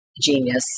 Genius